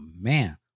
Man